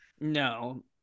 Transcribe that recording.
No